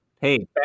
hey